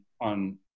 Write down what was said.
on